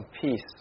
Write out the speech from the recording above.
peace